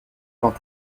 quand